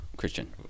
Christian